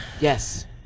Yes